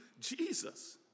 Jesus